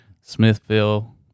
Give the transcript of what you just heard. Smithville